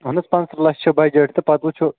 اَہن حظ پانٛژھ تٕرٛہ لَچھ چھِ بَجَٹ تہٕ پَتہٕ وٕچھو